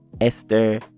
Esther